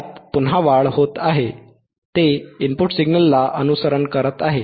त्यात पुन्हा वाढ होत आहे ते इनपुट सिग्नलला अनुसरण करत आहे